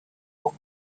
long